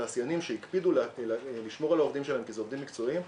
תעשיינים שהקפידו לשמור על העובדים שלהם כי אלו עובדים מקצועיים,